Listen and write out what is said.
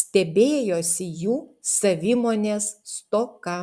stebėjosi jų savimonės stoka